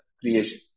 creation